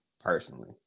personally